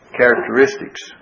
characteristics